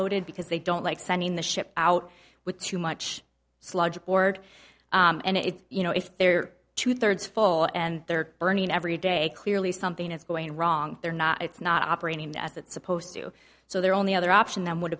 offloaded because they don't like sending the ship out with too much sludge aboard and it's you know if they're two thirds full and they're burning every day clearly something is going wrong they're not it's not operating death it's supposed to so there only other option that would